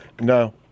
no